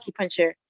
acupuncture